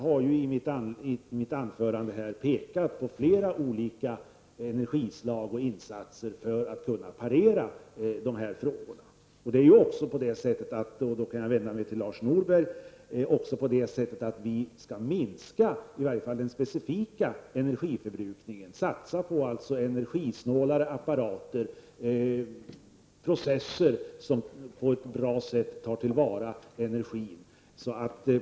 I mitt anförande pekade jag på flera olika energislag och insatser för att kunna parera dessa frågor. Vi skall, Lars Norberg, minska åtminstone den specifika industriförbrukningen och satsa på energisnålare apparater och processer som på ett bra sätt tar till vara energi.